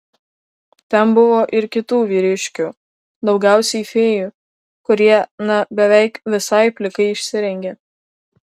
ten buvo ir kitų vyriškių daugiausiai fėjų kurie na beveik visai plikai išsirengė